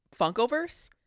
Funkoverse